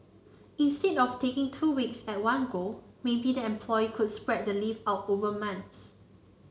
instead of taking two weeks at one go maybe the employee could spread the leave out over months